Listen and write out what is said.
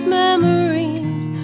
memories